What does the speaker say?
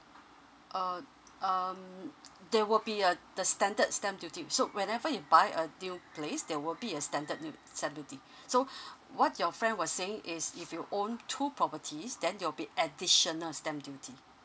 uh um there will be uh the standard stamp duty so whenever you buy a new place there will be a standard new stamp duty so what your friend was saying is if you own two properties then it'll be additional stamp duty